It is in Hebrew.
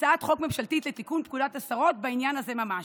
הצעת חוק ממשלתית לתיקון פקודת בתי הסוהר בעניין הזה ממש.